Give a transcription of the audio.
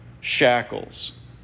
shackles